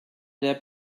der